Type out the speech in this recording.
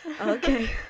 okay